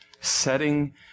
setting